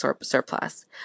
surplus